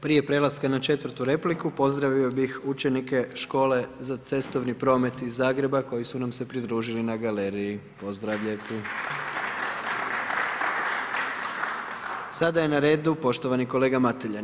Prije prelaska na 4. repliku pozdravio bih učenike škole za cestovni promet iz Zagreba koji su nam se pridružili na galeriji, pozdrav lijepi … Sada je na redu poštovani kolega Mateljan.